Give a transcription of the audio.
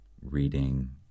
reading